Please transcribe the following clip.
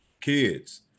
kids